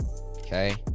okay